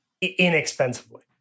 inexpensively